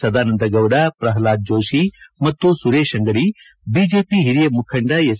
ಸದಾನಂದಗೌಡ ಪ್ರಹ್ಲಾದ್ ಜೋಷಿ ಮತ್ತು ಸುರೇತ್ ಅಂಗಡಿ ಬಿಜೆಪಿ ಹಿರಿಯ ಮುಖಂಡ ಎಸ್